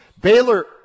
baylor